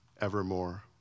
evermore